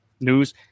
News